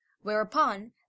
Whereupon